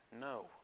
No